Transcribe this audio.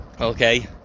okay